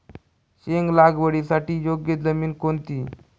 शेंग लागवडीसाठी योग्य जमीन कोणती?